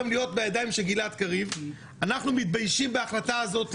בידיים של גלעד קריב אנחנו מתביישים בהחלטה הזאת,